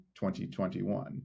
2021